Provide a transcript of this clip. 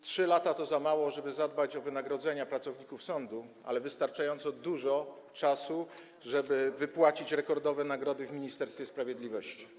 3 lata to za mało, żeby zadbać o wynagrodzenia pracowników sądu, ale wystarczająco dużo czasu, żeby wypłacić rekordowe nagrody w Ministerstwie Sprawiedliwości.